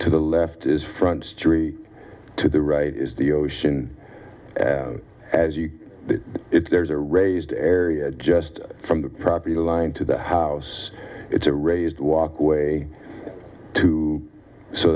to the left is front street to the right is the ocean as you see it there is a raised area just from the property line to the house it's a raised walkway too so